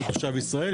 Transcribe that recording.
הוא תושב ישראל,